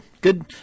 Good